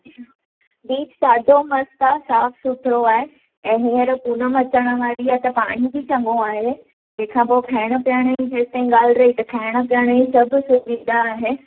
beach ॾाढो मस्तु आहे साफ़ु सुथिरो आहे ऐं हींअर पूनम अचण वारी आहे त पाणी बि चङो आहे तंहिंखां पोइ खाइण पीअण जी जेसिताईं खाइण पीअण जी सभु सुविधा आहे